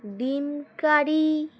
ডিম কারি